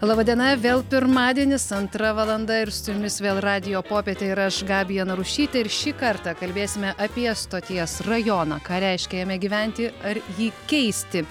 laba diena vėl pirmadienis antra valanda ir su jumis vėl radijo popietė ir aš gabija narušytė ir šį kartą kalbėsime apie stoties rajoną ką reiškia jame gyventi ar jį keisti